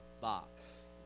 box